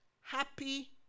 Happy